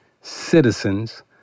citizens